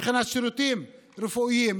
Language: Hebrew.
מבחינת שירותים רפואיים,